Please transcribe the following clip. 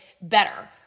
better